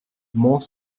mont